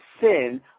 sin